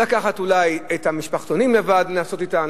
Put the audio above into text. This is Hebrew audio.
אולי לקחת את המשפחתונים, לנסות אתם.